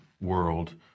world